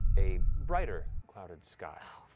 a brighter, clouded sky.